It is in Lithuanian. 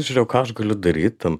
žiūrėjau ką aš galiu daryt ten